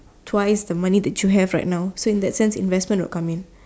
twice the money that you have right now so in that sense investment will come in